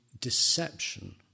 deception